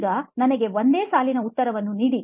ಈಗ ನನಗೆ ಒಂದೇ ಸಾಲಿನ ಉತ್ತರವನ್ನು ನೀಡಿ